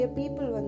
people